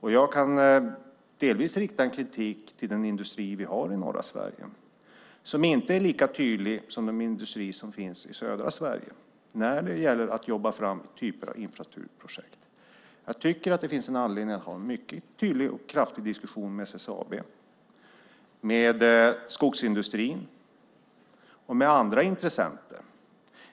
Delvis kan jag rikta kritik mot den industri vi har i norra Sverige. Den är inte lika tydlig som den industri som finns i södra Sverige när det gäller att jobba fram olika typer av infrastrukturprojekt. Jag tycker att det finns anledning att ha en mycket tydlig och kraftfull diskussion med SSAB, med skogsindustrin och med andra intressenter.